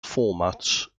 formats